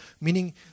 Meaning